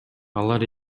алар